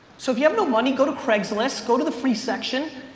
so if you have no money, go to craigslist, go to the free section,